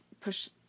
push